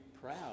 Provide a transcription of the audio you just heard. proud